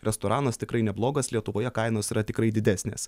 restoranas tikrai neblogas lietuvoje kainos yra tikrai didesnės